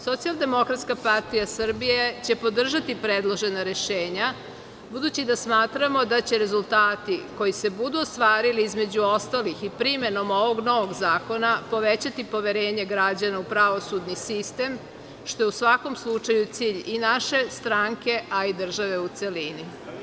Socijaldemokratska partija Srbije će podržati predložena rešenja, budući da smatramo da će rezultati koji se budu ostvarili između ostalih i primenom ovog novog zakona, povećati poverenje građana u pravosudni sistem, što je u svakom slučaju cilj i naše stranke a i države u celini.